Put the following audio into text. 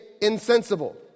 insensible